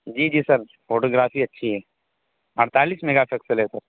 جی جی sir photography اچھی ہے اڑتالیس میگا پکسل ہے سر